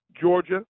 Georgia